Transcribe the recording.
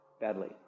badly